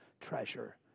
treasure